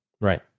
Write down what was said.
Right